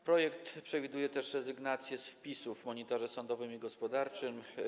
Projekt przewiduje też rezygnację z wpisów w Monitorze Sądowym i Gospodarczym.